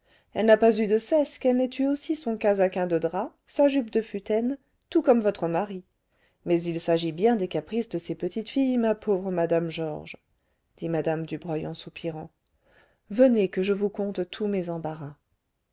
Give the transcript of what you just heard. elle n'a pas eu de cesse qu'elle n'ait eu aussi son casaquin de drap sa jupe de futaine tout comme votre marie mais il s'agit bien des caprices de ces petites filles ma pauvre mme georges dit mme dubreuil en soupirant venez que je vous conte tous mes embarras